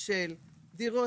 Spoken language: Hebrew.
של דירות,